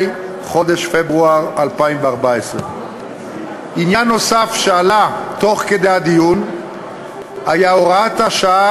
חודש פברואר 2014. עניין נוסף שעלה תוך כדי הדיון היה הוראת השעה